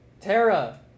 Tara